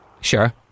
Sure